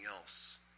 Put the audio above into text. else